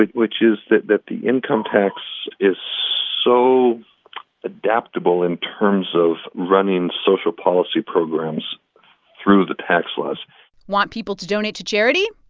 ah which is that that the income tax is so adaptable in terms of running social policy programs through the tax laws want people to donate to charity?